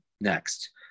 next